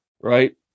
right